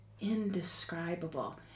indescribable